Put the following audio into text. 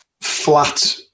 Flat